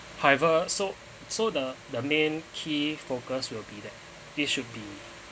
however so so the the main key focus will be that there should be